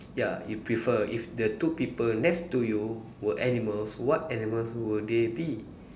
ya if prefer if the two people next to you were animals what animals will they be